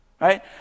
Right